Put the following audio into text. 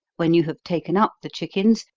when you have taken up the chickens,